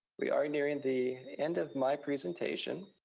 we are nearing the end of my presentation.